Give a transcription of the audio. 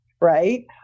right